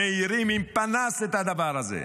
מאירים עם פנס את הדבר הזה.